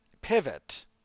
pivot